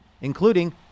including